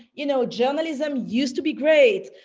you know, journalism used to be great.